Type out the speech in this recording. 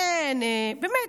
באמת,